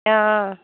ஆ ஆ